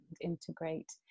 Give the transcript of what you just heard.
integrate